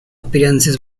appearances